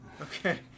okay